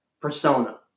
persona